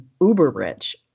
uber-rich